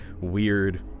weird